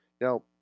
Now